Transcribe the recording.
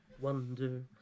wonder